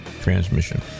transmission